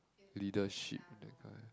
leadership that kind